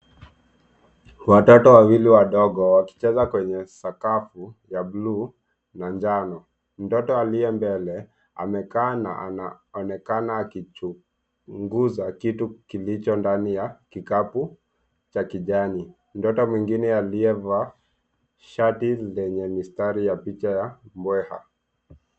Watoto wawili wadogo wakicheza kwenye sakafu ya bluu na njano. Mtoto aliye mbele amekaa na anaonekana akichunguza kitu kilicho ndani ya kikapu cha kijani. Mtoto mwingine aliyevaa shati lenye mistari ya picha ya mbweha.